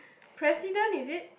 president is it